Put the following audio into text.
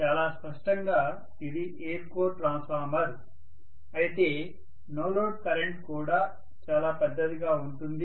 చాలా స్పష్టంగా ఇది ఎయిర్ కోర్ ట్రాన్స్ఫార్మర్ అయితే నో లోడ్ కరెంట్ కూడా చాలా పెద్దదిగా ఉంటుంది